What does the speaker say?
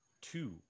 two